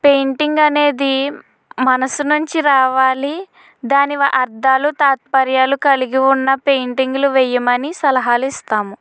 painting అనేది మనస్సు నుంచి రావాలి దాని అర్థాలు తాత్పర్యాలు కలిగి ఉన్న పెయింటింగ్లు వేయమని సలహాలు ఇస్తాము